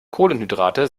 kohlenhydrate